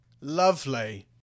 Lovely